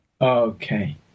okay